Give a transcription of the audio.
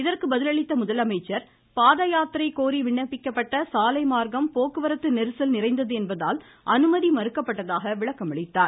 அதற்கு பதிலளித்த முதலமைச்சர் பாதயாத்திரை கோரி விண்ணப்பிக்கப்பட்ட சாலை மார்க்கம் போக்குவரத்து நெரிசல் நிறைந்தது என்பதால் அனுமதி மறுக்கப்பட்டதாக விளக்கம் அளித்தார்